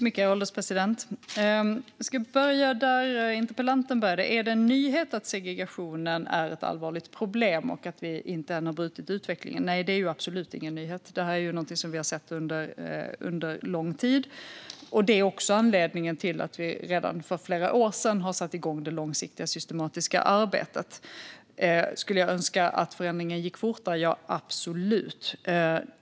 Herr ålderspresident! Jag ska börja där interpellanten började: Är det en nyhet att segregationen är ett allvarligt problem och att vi ännu inte har brutit utvecklingen? Nej, det är absolut ingen nyhet. Det här är någonting som vi har sett under lång tid, och det är också anledningen till att vi redan för flera år sedan satte igång det långsiktiga, systematiska arbetet. Skulle jag önska att förändringen gick fortare? Ja, absolut.